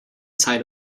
side